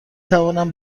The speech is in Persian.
توانم